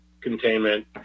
containment